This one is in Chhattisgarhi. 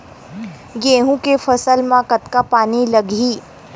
गेहूं के फसल म कतका पानी लगही?